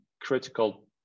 critical